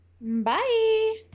bye